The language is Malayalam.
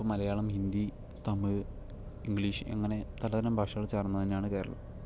ഇപ്പൊ മലയാളം ഹിന്ദി തമിഴ് ഇംഗ്ലീഷ് അങ്ങനെ പലതരം ഭാഷകൾ ചേർന്നതുതന്നെ ആണ് കേരളം